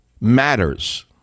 matters